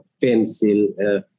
pencil